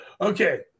Okay